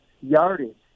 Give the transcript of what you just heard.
yardage